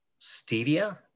stevia